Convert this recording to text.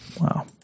Wow